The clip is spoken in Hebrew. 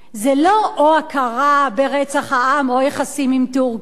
זה לא או הכרה ברצח העם או יחסים עם טורקיה,